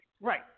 Right